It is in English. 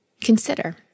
consider